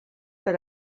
per